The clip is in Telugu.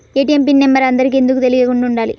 ఏ.టీ.ఎం పిన్ నెంబర్ అందరికి ఎందుకు తెలియకుండా ఉండాలి?